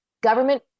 government